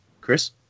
Chris